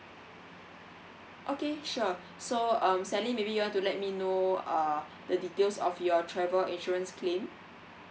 okay sure so um sally maybe you want to let me know uh the details of your travel insurance claim